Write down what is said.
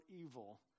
evil